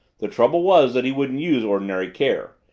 the trouble was that he wouldn't use ordinary care.